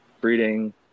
breeding